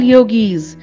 Yogis